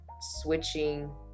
switching